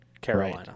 Carolina